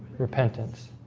repentance.